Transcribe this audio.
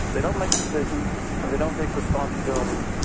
they don't make decision and they don't take responsibility.